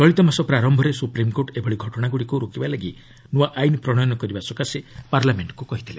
ଚଳିତ ମାସ ପ୍ରାରମ୍ଭରେ ସୁପ୍ରିମ୍କୋର୍ଟ ଏଭଳି ଘଟଣାଗୁଡ଼ିକୁ ରୋକିବା ଲାଗି ନୃଆ ଆଇନ ପ୍ରଣୟନ କରିବା ସକାଶେ ପାର୍ଲାମେଣ୍ଟକୁ କହିଥିଲେ